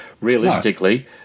realistically